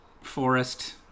Forest